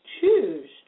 choose